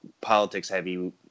politics-heavy